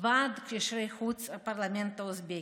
ועד קשרי חוץ הפרלמנט האוזבקי.